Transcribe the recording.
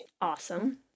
awesome